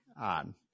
on